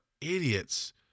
idiots